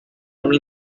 una